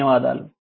ధన్యవాదాలు